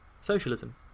socialism